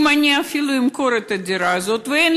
אפילו אם אני אמכור את הדירה הזאת,